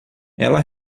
ela